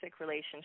relationship